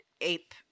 ape